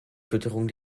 fütterung